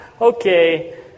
okay